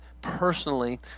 personally